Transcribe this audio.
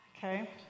Okay